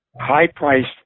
high-priced